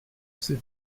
ces